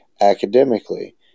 academically